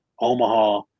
Omaha